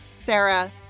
Sarah